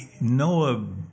Noah